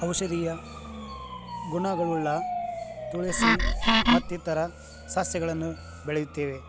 ಔಷಧೀಯ ಗುಣಗಳುಳ್ಳ ತುಳಸಿ ಮತ್ತಿತರ ಸಸ್ಯಗಳನ್ನು ಬೆಳೆಯುತ್ತೇವೆ